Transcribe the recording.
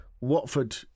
Watford